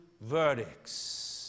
verdicts